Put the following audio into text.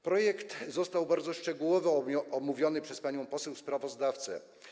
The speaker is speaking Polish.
Projekt został bardzo szczegółowo omówiony przez panią poseł sprawozdawcę.